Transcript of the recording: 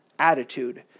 attitude